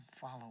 follow